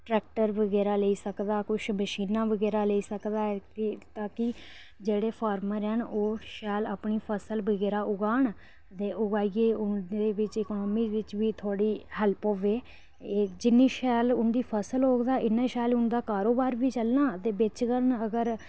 tractor बगैरा लेई सकदा कुछ मशीनां बगैरा लेई सकदा ताकि जेह्ड़े फार्मर हैन शैल अपनी फसल बगैरा उगान ते उगाइयै उन्दे बिच्च बी थोह्ड़ी हैल्प होवे जिन्नी शैल उंदी फसल होग ते उन्ना शैल उंदा कारोबार बी ते बेचङन अगर